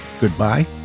Goodbye